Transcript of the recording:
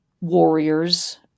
warriors